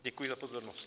Děkuji za pozornost.